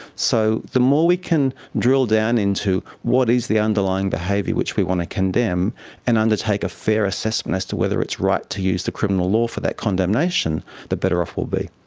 so the more we can drill down into what is the underlying behaviour which we want to condemn and undertake a fair assessment as to whether it's right to use the criminal law for that condemnation, the better off we will be.